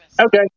Okay